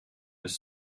with